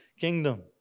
kingdom